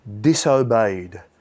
disobeyed